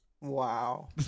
Wow